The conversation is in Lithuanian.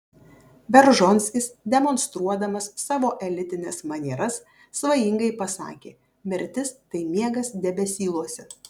beržonskis demonstruodamas savo elitines manieras svajingai pasakė mirtis tai miegas debesyluose